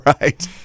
right